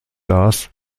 darß